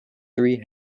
three